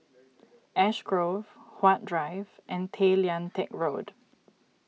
Ash Grove Huat Drive and Tay Lian Teck Road